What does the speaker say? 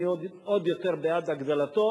אני עוד יותר בעד הגדלתו.